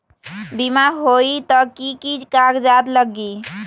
बिमा होई त कि की कागज़ात लगी?